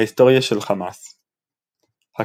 ההיסטוריה של חמאס הקמה